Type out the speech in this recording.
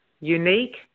Unique